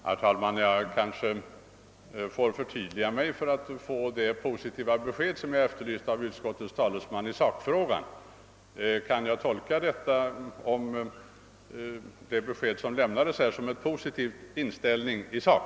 Herr talman! Jag kanske måste förtydliga mig för att få det positiva besked i sakfrågan som jag efterlyste av utskottets talesman. Kan jag tolka det besked som nu lämnades som en positiv inställning i sak?